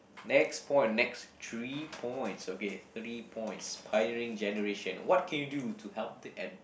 next point next three points okay three points pioneering generation what can you do to help the eld~